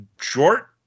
short